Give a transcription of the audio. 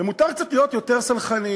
ומותר להיות קצת יותר סלחנים,